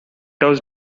house